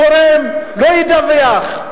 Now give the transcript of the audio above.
ואותו אדם תורם לא ידווח,